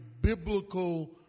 biblical